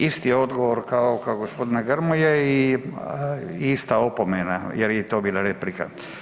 Isti odgovor kao i gospodina Grmoje i ista opomena jer je i to bila replika.